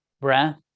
breath